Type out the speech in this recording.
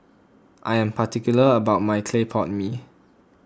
I am particular about my Clay Pot Mee